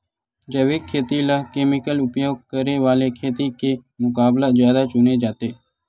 जैविक खेती ला केमिकल उपयोग करे वाले खेती के मुकाबला ज्यादा चुने जाते